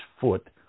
foot